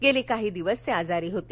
गेले काही दिवस ते आजारी होते